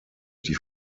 die